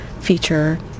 feature